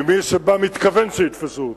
כי מי שבא מתכוון שיתפסו אותו,